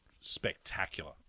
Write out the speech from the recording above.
spectacular